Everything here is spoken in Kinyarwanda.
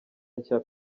nshya